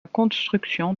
construction